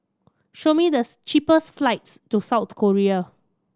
show me the cheapest flights to South Korea